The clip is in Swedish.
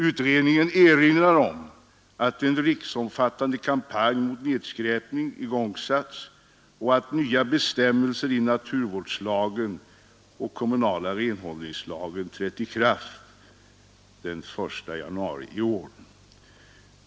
Utredningen erinrar om att en riksomfattande kampanj mot nedskräpning igångsatts och att nya bestämmelser i naturvårdslagen och kommunala renhållningslagen trätt i kraft den 1 januari i år.